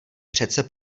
přece